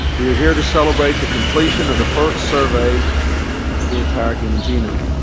we are here to celebrate the completion of the first survey of the entire human genome.